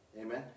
amen